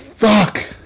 Fuck